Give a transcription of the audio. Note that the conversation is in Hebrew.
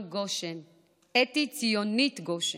אתי ציונית גושן,